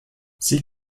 sie